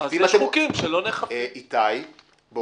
משרד התיירות או